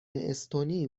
استونی